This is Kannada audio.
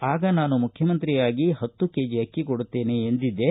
ಆಗ ನಾನು ಮುಖ್ಯಮಂತ್ರಿ ಆಗಿ ಪತ್ತು ಕೆಜಿ ಅಕ್ಕಿ ಕೊಡುತ್ತೇನೆ ಎಂದಿದ್ದೇ